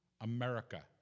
America